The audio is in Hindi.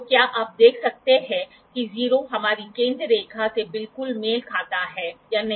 तो क्या आप देख सकते हैं कि 0 हमारी केंद्रीय रेखा से बिल्कुल मेल खाता है या नहीं